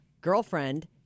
girlfriend